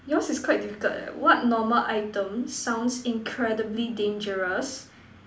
yours is quite difficult eh what normal item sounds incredibly dangerous